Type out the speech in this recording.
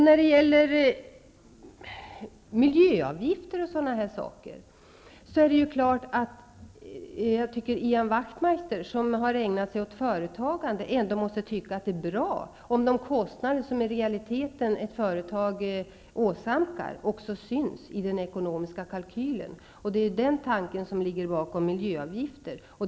När det gäller miljöavgifter o.d. är det klart att Ian Wachtmeister, som har ägnat sig åt företagande, ändå måste tycka att det är bra om de kostnader som ett företag i realiteten åsamkar också syns i den ekonomiska kalkylen. Det är tanken bakom milljöavgifterna.